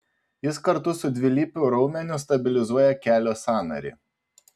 jis kartu su dvilypiu raumeniu stabilizuoja kelio sąnarį